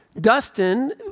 Dustin